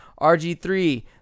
RG3